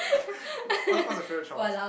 what what's your favourite chore